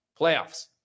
playoffs